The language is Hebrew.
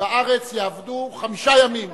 שבארץ יעבדו חמישה ימים.